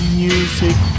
music